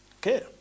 Okay